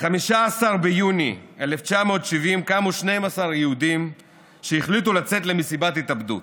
ב-15 ביוני 1970 קמו 12 יהודים והחליטו לצאת למשימת התאבדות